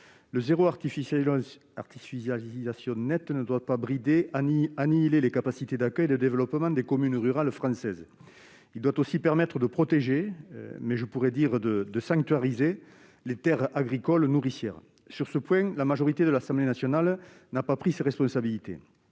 « zéro artificialisation nette » ne doit pas brider ou annihiler les capacités d'accueil et de développement des communes rurales françaises. Il doit permettre de protéger- je pourrais dire sanctuariser -les terres agricoles nourricières. Sur ce point, la majorité de l'Assemblée nationale n'a pas pris ses responsabilités